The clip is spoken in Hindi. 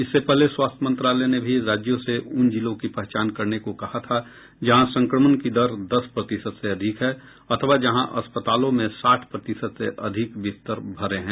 इससे पहले स्वास्थ्य मंत्रालय ने भी राज्यों से उन जिलों की पहचान करने को कहा था जहां संक्रमण की दर दस प्रतिशत से अधिक है अथवा जहां अस्पतालों में साठ प्रतिशत से अधिक बिस्तर भरे हैं